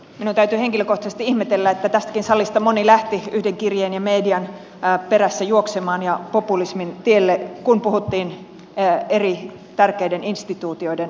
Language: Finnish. minun täytyy henkilökohtaisesti ihmetellä että tästäkin salista moni lähti yhden kirjeen ja median perässä juoksemaan ja populismin tielle kun puhuttiin eri tärkeiden instituutioiden palkkioista